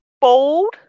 Bold